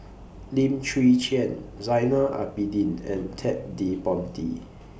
Lim Chwee Chian Zainal Abidin and Ted De Ponti